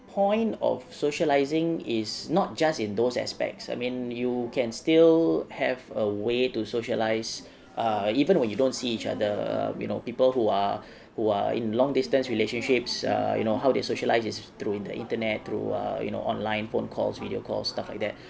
point of socialising is not just in those aspects I mean you can still have a way to socialise uh even when you don't see each other you know people who are who are in long distance relationships err you know how they socialise is through the internet through err you know online phone calls video calls stuff like that